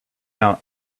out